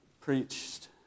preached